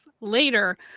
later